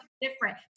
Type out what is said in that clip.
different